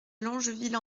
longeville